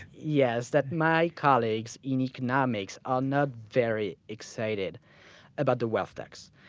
yes. that my colleagues in economics are not very excited about the wealth tax.